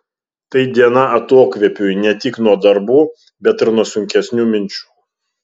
tai diena atokvėpiui ne tik nuo darbų bet ir nuo sunkesnių minčių